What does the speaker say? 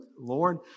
Lord